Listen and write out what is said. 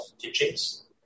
teachings